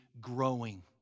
Growing